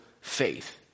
faith